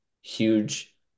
huge